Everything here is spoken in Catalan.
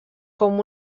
com